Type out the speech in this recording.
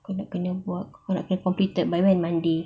kau nak kena buat kau nak kena completed by when monday